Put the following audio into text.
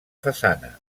façana